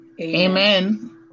Amen